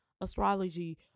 astrology